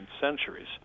centuries